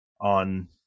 on